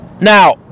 Now